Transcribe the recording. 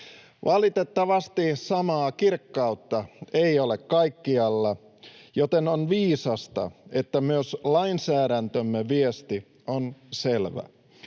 Valitettavasti samaa kirkkautta ei ole kaikkialla, joten on viisasta, että myös lainsäädäntömme viesti on selvä.